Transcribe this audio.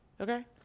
Okay